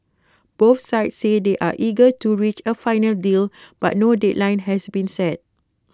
both sides say they are eager to reach A final deal but no deadline has been set